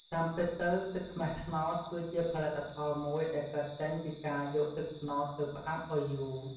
តាមពិតទៅ ទឹកខ្មេះត្នោត គឺជាផលិតផលមួយដែលកើតចេញពីការយកទឹកត្នោតទៅផ្អាប់ឱ្យយូរ។